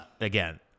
again